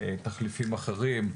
תחליפים אחרים,